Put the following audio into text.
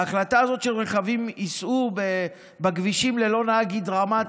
ההחלטה הזאת שרכבים ייסעו בכבישים ללא נהג היא דרמטית.